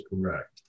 correct